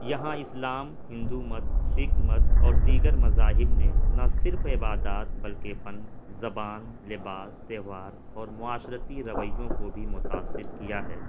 یہاں اسلام ہندو مت سکھ مت اور دیگر مذاہب نے نہ صرف عبادات بلکی فن زبان لباس تہوار اور معاشرتی رویوں کو بھی متاثر کیا ہے